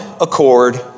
accord